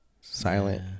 silent